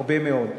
הרבה מאוד.